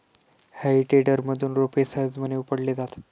हेई टेडरमधून रोपे सहजपणे उपटली जातात